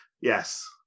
Yes